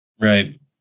Right